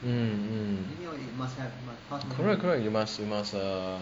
mm mm correct correct you must you must err